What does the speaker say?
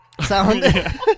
sound